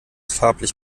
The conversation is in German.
farblich